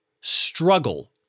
struggle